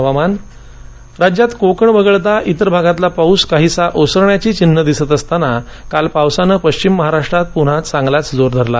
हवामान राज्यात कोकण वगळता इतर भागातला पाऊस काहीसा ओसरण्याची चिन्ह दिसत असताना काल पावसानं पश्चिम महाराष्ट्रात पुन्हा चांगलाच जोर धरला